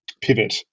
pivot